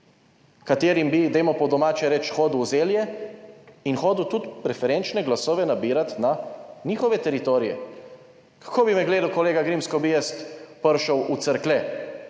katerim bi, dajmo po domače reči, hodil v zelje in hodil tudi preferenčne glasove nabirati na njihove teritorije. Kako bi me gledal kolega Grims, ko bi jaz prišel v Cerklje